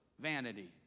vanity